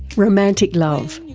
romantic love.